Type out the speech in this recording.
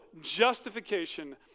justification